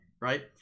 right